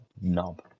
Knob